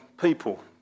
people